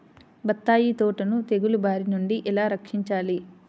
బత్తాయి తోటను తెగులు బారి నుండి ఎలా రక్షించాలి?